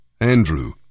Andrew